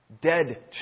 dead